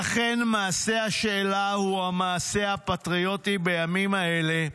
"לכן מעשה השאלה הוא המעשה הפטריוטי בימים האלה,